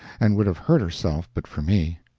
and would have hurt herself but for me.